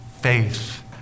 faith